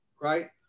right